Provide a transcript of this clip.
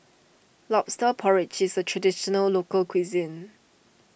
Lobster Porridge is a Traditional Local Cuisine